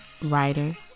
writer